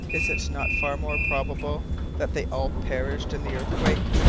is it not far more probable that they all perished in the earthquake?